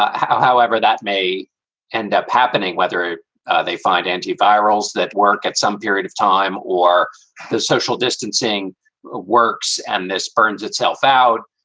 however, that may end up happening, whether they find anti-virals that work at some period of time or the social distancing works. and this burns itself out.